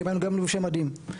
למרות שלבש מדים.